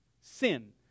Sin